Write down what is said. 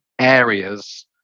areas